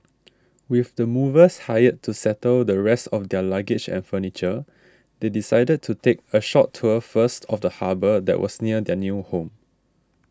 with the movers hired to settle the rest of their luggage and furniture they decided to take a short tour first of the harbour that was near their new home